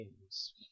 games